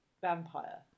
vampire